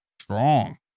Strong